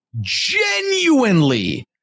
genuinely